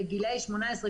בגילאי 18,